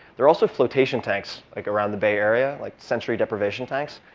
there are also flotation tanks like around the bay area, like sensory deprivation tanks,